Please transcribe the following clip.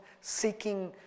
seeking